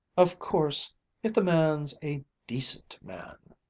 of course if the man's a decent man.